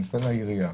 אתה מטלפן לעירייה,